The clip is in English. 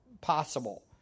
possible